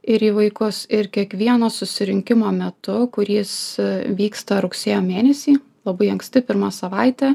ir į vaikus ir kiekvieno susirinkimo metu kuris vyksta rugsėjo mėnesį labai anksti pirmą savaitę